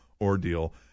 ordeal